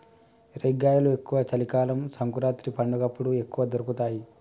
రేగ్గాయలు ఎక్కువ చలి కాలం సంకురాత్రి పండగప్పుడు ఎక్కువ దొరుకుతాయి